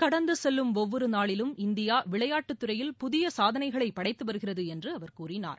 கடந்து செல்லும் ஒவ்வொரு நாளிலும் இந்தியா விளையாட்டு துறையில் புதிய சாதனைகளை படைத்து வருகிறது என்று அவர் கூறினார்